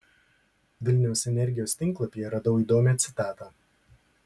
vilniaus energijos tinklapyje radau įdomią citatą